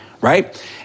right